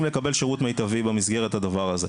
לקבל שירות מיטבי במסגרת הדבר הזה.